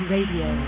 Radio